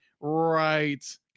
right